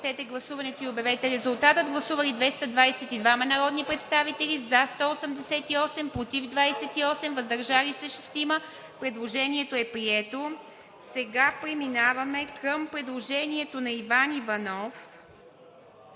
Преминаваме към предложението на Иван Иванов